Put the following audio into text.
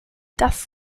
das